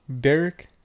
Derek